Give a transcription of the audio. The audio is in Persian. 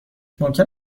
ممکن